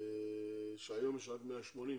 שהיום יש רק 180,